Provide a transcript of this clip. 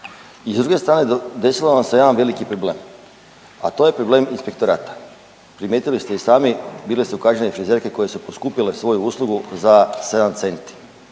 I s druge strane desio nam se jedan veliki problem, a to je problem inspektorata. Primijetili ste i sami bile su kažnjene frizerke koje su poskupile svoju uslugu za 7 centi.